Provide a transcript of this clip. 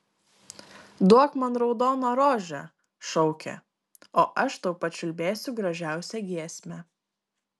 duok man raudoną rožę šaukė o aš tau pačiulbėsiu gražiausią giesmę